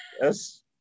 Yes